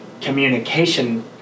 communication